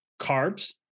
carbs